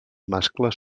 mascles